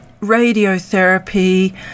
radiotherapy